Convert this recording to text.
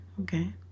Okay